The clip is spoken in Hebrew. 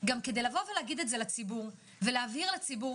כדי להגיד את זה לציבור ולהבהיר לציבור.